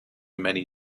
many